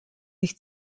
ich